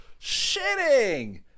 shitting